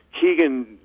Keegan